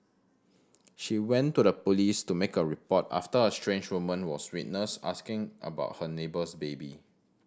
she went to the police to make a report after a strange woman was witnessed asking about her neighbour's baby